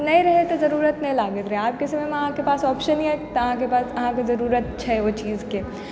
नहि रहय तऽ जरूरत नहि लागय रहय आबके समयमे अहाँके पास ऑप्शन यऽ तऽ अहाँके पास अहाँके जरूरत छै ओइ चीजके